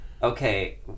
Okay